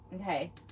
Okay